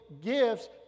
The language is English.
gifts